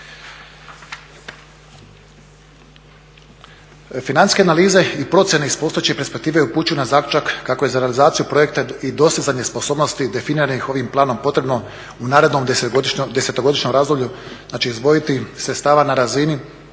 Financijske analize i procjene … perspektive upućuju na zaključak kako je za realizaciju projekta i dosizanje sposobnosti definiranih ovim planom potrebno u narednom desetogodišnjem razdoblju izdvojiti sredstava na razini